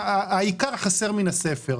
העיקר חסר מן הספר.